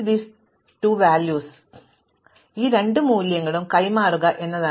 അതിനാൽ എനിക്ക് ആവശ്യമുള്ളത് നേടാനുള്ള ഒരു മാർഗം ഈ രണ്ട് മൂല്യങ്ങളും കൈമാറുക എന്നതാണ്